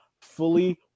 fully